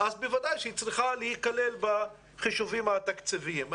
אז בוודאי היא צריכה להיכלל בחישובים התקציביים.